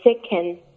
second